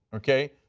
okay?